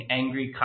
angry